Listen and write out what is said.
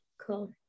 Cool